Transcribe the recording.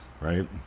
right